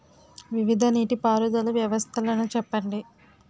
వివిధ నీటి పారుదల వ్యవస్థలను చెప్పండి?